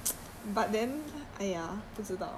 same lah that is my motto